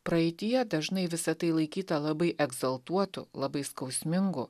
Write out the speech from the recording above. praeityje dažnai visa tai laikyta labai egzaltuotu labai skausmingu